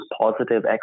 positive